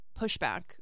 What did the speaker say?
pushback